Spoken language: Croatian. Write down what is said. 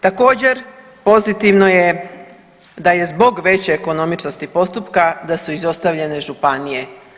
Također pozitivno je da je zbog veće ekonomičnosti postupka da su izostavljene županije.